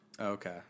Okay